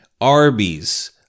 Arby's